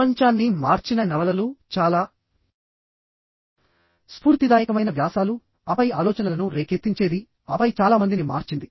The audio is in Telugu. ప్రపంచాన్ని మార్చిన నవలలు చాలా స్ఫూర్తిదాయకమైన వ్యాసాలు ఆపై ఆలోచనలను రేకెత్తించేది ఆపై చాలా మందిని మార్చింది